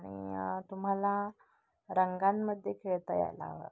आणि तुम्हाला रंगांमध्ये खेळता यायला हवं